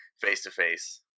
face-to-face